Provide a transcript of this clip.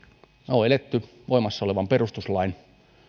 on eletty voimassa olevan perustuslain